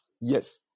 Yes